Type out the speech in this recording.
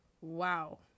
Wow